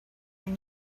your